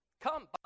Come